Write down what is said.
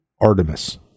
Artemis